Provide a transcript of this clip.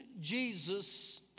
Jesus